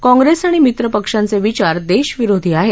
काँप्रेस आणि मित्रपक्षांचे विचार देशविरोधी आहेत